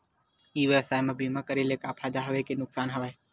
ई व्यवसाय म बीमा करे ले फ़ायदा हवय के नुकसान हवय?